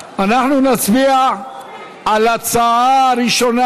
אנחנו נצביע על ההצעה הראשונה,